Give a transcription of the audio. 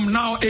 now